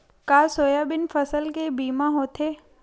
का सोयाबीन फसल के बीमा होथे?